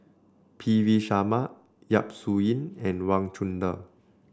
P V Sharma Yap Su Yin and Wang Chunde